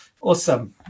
Awesome